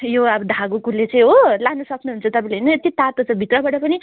यो अब धागोकोले चाहिँ हो लानु सक्नुहुन्छ तपाईँले होइन यति तातो छ भित्रबाट पनि